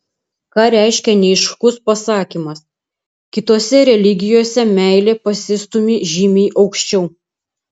ką reiškia neaiškus pasakymas kitose religijose meilė pasistūmi žymiai aukščiau